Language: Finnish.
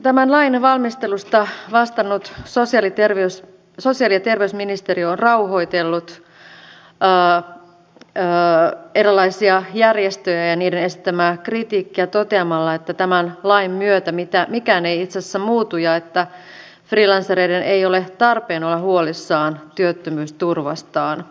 tämän lain valmistelusta vastannut sosiaali ja terveysministeriö on rauhoitellut erilaisia järjestöjä ja niiden esittämää kritiikkiä toteamalla että tämän lain myötä mikään ei itse asiassa muutu ja että freelancereiden ei ole tarpeen olla huolissaan työttömyysturvastaan